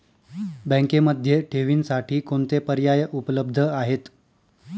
बँकेमध्ये ठेवींसाठी कोणते पर्याय उपलब्ध आहेत?